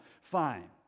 fine